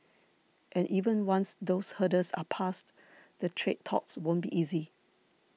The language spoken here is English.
and even once those hurdles are passed the trade talks won't be easy